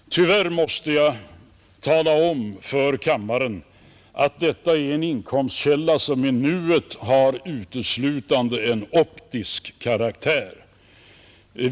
Tyvärr måste jag tala om för kammaren, att detta är en inkomstkälla som i nuet har uteslutande en optisk karaktär.